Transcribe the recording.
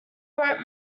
wrote